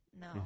No